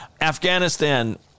Afghanistan